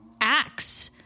acts